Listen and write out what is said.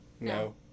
No